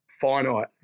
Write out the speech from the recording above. finite